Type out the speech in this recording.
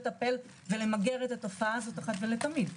לטפל ולמגר את התופעה הזאת אחת ולתמיד.